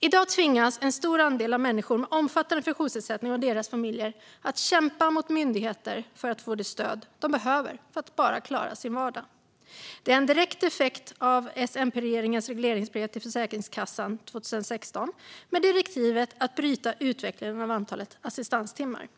I dag tvingas en stor andel människor med omfattande funktionsnedsättning och deras familjer att kämpa mot myndigheter för att få det stöd som de behöver för att klara sin vardag. Det är en direkt effekt av S-MP-regeringens regleringsbrev till Försäkringskassan 2016 med direktivet att bryta utvecklingen av antalet assistanstimmar.